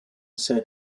said